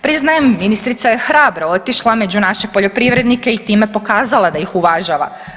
Priznajem ministrica je hrabro otišla među naše poljoprivrednike i time pokazala da ih uvažava.